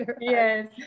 yes